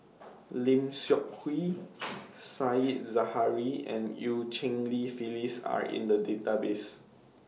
Lim Seok Hui Said Zahari and EU Cheng Li Phyllis Are in The Database